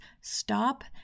stop